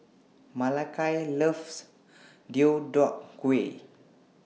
Malakai loves Deodeok Gui